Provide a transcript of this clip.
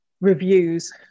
reviews